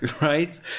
right